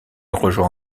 rejoint